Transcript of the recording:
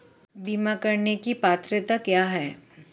बीमा करने की पात्रता क्या है?